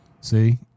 see